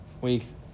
Weeks